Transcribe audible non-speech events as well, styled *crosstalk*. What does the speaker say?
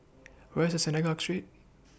*noise* Where IS Synagogue Street